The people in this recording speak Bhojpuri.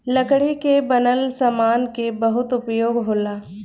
लकड़ी के बनल सामान के बहुते उपयोग होला